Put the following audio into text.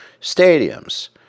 stadiums